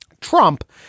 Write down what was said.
Trump